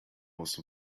most